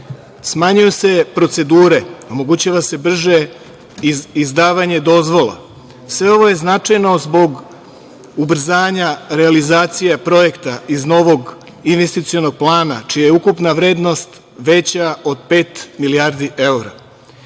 Smanjuju se procedure, omogućava se brže izdavanje dozvola. Sve ovo je značajno zbog ubrzanja realizacije projekta iz novog investicionog plana, čija je ukupna vrednost veća od pet milijardi